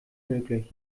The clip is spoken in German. möglich